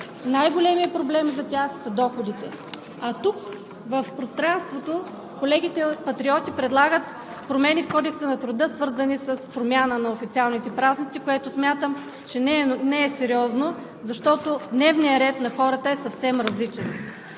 най-големият проблем за тях са доходите. Тук и в пространството колегите Патриоти предлагат промени в Кодекса на труда, свързани с промяна на официалните празници, което смятам за несериозно, защото дневният ред на хората е съвсем различен.